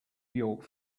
york